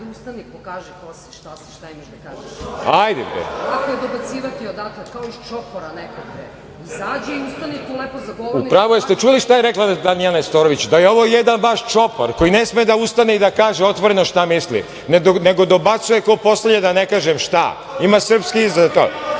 li čuli šta je rekla Danijela Nestorović - da je ovo jedan vaš čopor koji ne sme da ustane i da kaže otvoreno šta misli nego dobacuje kao poslednji da ne kažem šta. Ima srpski izraz za to.